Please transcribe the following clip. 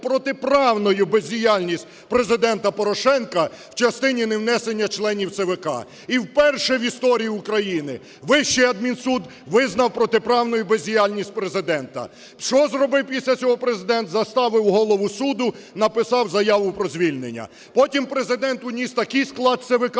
протиправною бездіяльність Президента Порошенка в частині невнесення членів ЦВК. І вперше в історії України Вищий адмінсуд визнав протиправною бездіяльність Президента. Що зробив після цього Президент? Заставив голову суду – написав заяву про звільнення. Потім Президент вніс такий склад ЦВК,